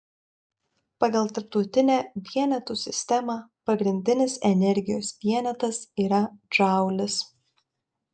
pagal tarptautinę vienetų sistemą pagrindinis energijos vienetas yra džaulis